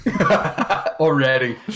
Already